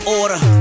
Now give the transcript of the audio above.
order